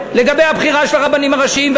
לגבי הבחירה של הרבנים הראשיים,